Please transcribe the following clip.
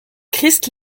christ